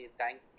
thank